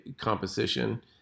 composition